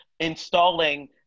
installing